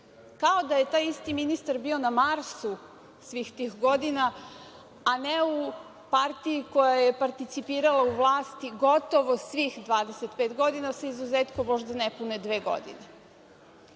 Kao da je taj isti ministar bio na Marsu svih tih godina, a ne u partiji koja je participirala u vlasti gotovo svih 25 godina, sa izuzetkom možda nepune dve godine. Kada